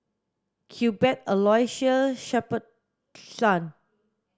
Cuthbert Aloysius Shepherdson